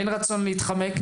אין רצון להתחמק.